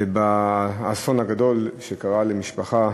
האסון הגדול שקרה למשפחה,